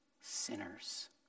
sinners